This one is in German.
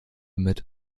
mit